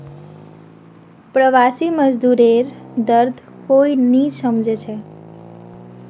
प्रवासी मजदूरेर दर्द कोई नी समझे छे